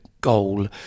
goal